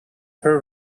her